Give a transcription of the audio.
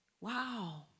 Wow